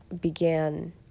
began